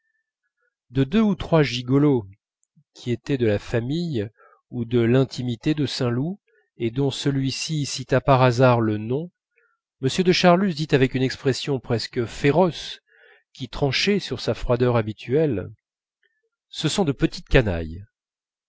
de deux ou trois gigolos qui étaient de la famille ou de l'intimité de saint loup et dont celui-ci cita par hasard le nom m de charlus dit avec une expression presque féroce qui tranchait sur sa froideur habituelle ce sont de petites canailles